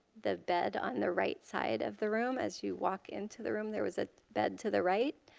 the bed on the right side of the room as you walk into the room. there was a bed to the right